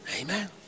amen